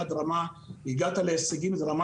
אם- -- ולא משלמת בזמן, יש סנקציה מאוד ברורה.